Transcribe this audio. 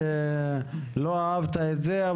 לא אהבת את זה,